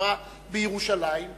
הקשורה בירושלים,